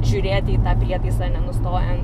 žiūrėti į tą prietaisą nenustojant